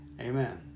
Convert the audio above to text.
Amen